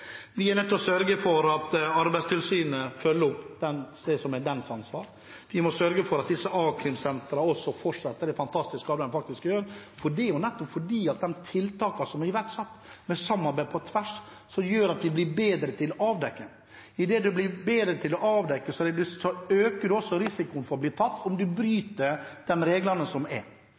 å sørge for at Arbeidstilsynet følger opp det som er deres ansvar. Vi må sørge for at a-krimsentrene også fortsetter det fantastiske arbeidet de faktisk gjør, for det er nettopp de tiltakene som er iverksatt, med samarbeid på tvers, som gjør at vi blir bedre til å avdekke. Idet man blir bedre til å avdekke, øker man også risikoen for å bli tatt om reglene brytes. Jeg tror den aller, aller viktigste effekten her er